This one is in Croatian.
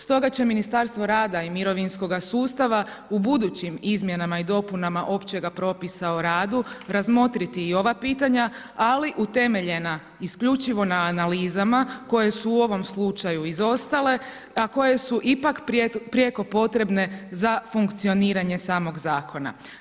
Stoga će Ministarstvo rada i mirovinskoga sustava u budućim izmjenama i dopunama općega propisa o radu razmotriti i ova pitanja ali utemeljena isključivo na analizama, koje su ovom slučaju izostale, a koje su ipak prijeko potrebne za funkcioniranje samog zakona.